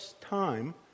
time